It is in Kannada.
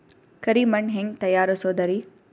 ಕರಿ ಮಣ್ ಹೆಂಗ್ ತಯಾರಸೋದರಿ?